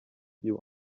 you